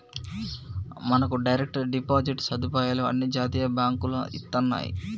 మనకు direct deposit సదుపాయాలు అన్ని జాతీయ బాంకులు ఇత్తన్నాయి